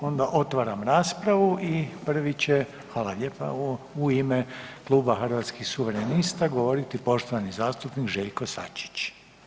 Onda otvaram raspravu i prvi će, hvala lijepo, u ime Kluba zastupnika Hrvatskih suverenista govoriti poštovani zastupnik Željko Sačić.